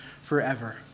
forever